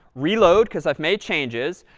reload, because i've made changes.